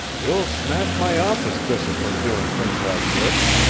you'll smash my office discipline doing things like this.